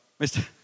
Mr